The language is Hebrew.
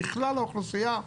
בכלל האוכלוסייה.